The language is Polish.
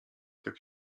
tak